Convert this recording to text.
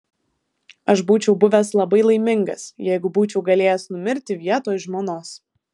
aš būčiau buvęs labai laimingas jeigu būčiau galėjęs numirti vietoj žmonos